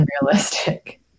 unrealistic